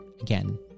Again